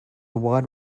wide